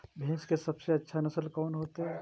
भैंस के सबसे अच्छा नस्ल कोन होते?